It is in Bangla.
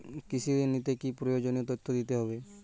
কৃষি ঋণ নিতে কি কি প্রয়োজনীয় তথ্য দিতে হবে?